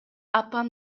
апам